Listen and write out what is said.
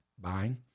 buying